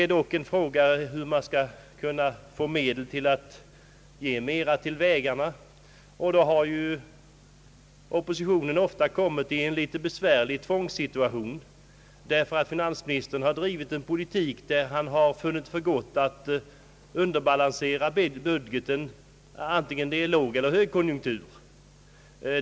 När det gällt att anvisa medel för detta ändamål har oppositionen ofta kommit i en besvärlig tvångssituation, eftersom finansministern funnit för gott att underbalansera budgeten, oavsett om det varit lågeller högkonjunktur.